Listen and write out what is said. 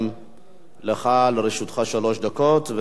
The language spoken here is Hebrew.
גם לרשותך שלוש דקות.